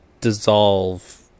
dissolve